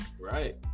Right